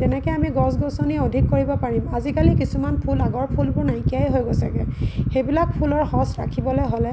তেনেকৈ আমি গছ গছনি অধিক কৰিব পাৰিম আজিকালি কিছুমান ফুল আগৰ ফুলবোৰ নাইকিয়াই হৈ গৈছেগৈ সেইবিলাক ফুলৰ সঁচ ৰাখিবলৈ হ'লে